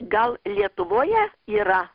gal lietuvoje yra